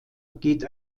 geht